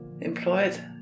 employed